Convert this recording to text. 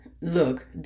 look